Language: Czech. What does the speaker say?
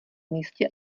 místě